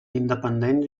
independents